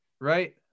Right